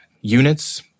units